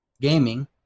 Gaming